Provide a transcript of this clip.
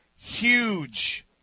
huge